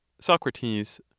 Socrates